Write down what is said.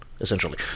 essentially